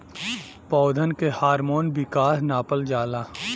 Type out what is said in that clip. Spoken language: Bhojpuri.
पौधन के हार्मोन विकास नापल जाला